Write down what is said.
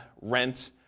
rent